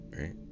right